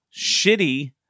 shitty